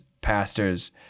pastors